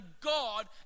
god